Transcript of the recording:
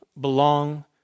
belong